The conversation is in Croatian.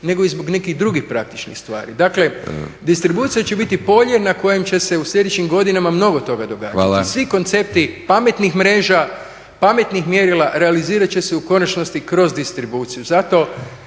nego i zbog nekih drugih praktičnih stvari. Dakle, distribucija će biti polje na kojem će se u sljedećim godinama mnogo toga događati. Svi koncepti pametnih mreža, pametnih mjerila realizirati će se u konačnosti kroz distribuciju.